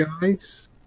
guys